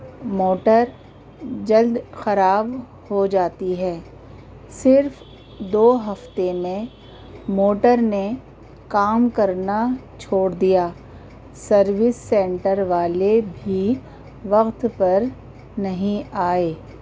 motor جلد خراب ہو جاتی ہے صرف دو ہفتے میں موٹر نے کام کرنا چھوڑ دیا سروس سینٹر والے بھی وقت پر نہیں آئے